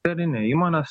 dukterinę įmonę